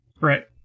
Right